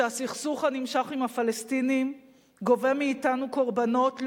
שהסכסוך הנמשך עם הפלסטינים גובה מאתנו קורבנות,